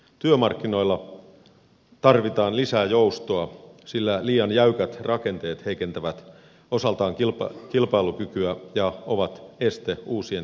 työmarkkinoilla tarvitaan lisää joustoa sillä liian jäykät rakenteet heikentävät osaltaan kilpailukykyä ja ovat este uusien työpaikkojen synnylle